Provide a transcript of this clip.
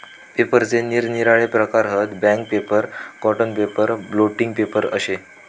पेपराचे निरनिराळे प्रकार हत, bank paper, cotton paper, blotting paper अशे